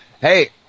Hey